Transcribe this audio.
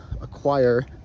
acquire